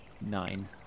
nine